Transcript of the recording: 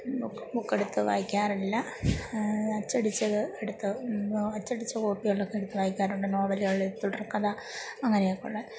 book ബുക്കെടുത്ത് വായിക്കാറില്ല അച്ചടിച്ചത് എടുത്ത് അച്ചടിച്ച കോപ്പികളൊക്കെ എടുത്ത് വായിക്കാറുണ്ട് നോവലുകള് തുടർക്കഥ അങ്ങനെയൊക്കെ ഉള്ള